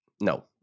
No